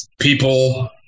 people